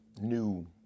New